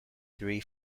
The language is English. three